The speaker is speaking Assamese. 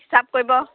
হিচাপ কৰিব